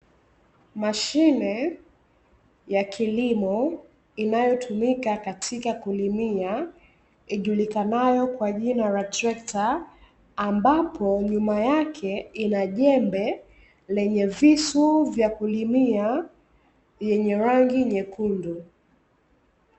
Mashine ya kilimo inayotumika katika kulimia ijulikanayo kwa jina la trekta, ambapo nyuma yake ina jembe lenye visu vya kulimia yenye rangi nyekundu.